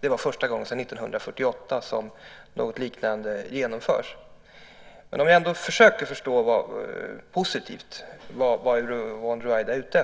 Det är första gången sedan 1948 som något liknande genomförts. Jag ska ändå försöka att positivt förstå vad Yvonne Ruwaida är ute efter.